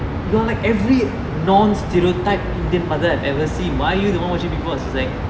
you are like every non stereotype indian mother I've ever seen why are you the one watching big boss she was like